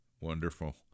Wonderful